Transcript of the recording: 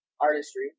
artistry